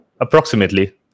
approximately